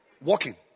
Walking